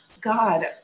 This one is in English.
God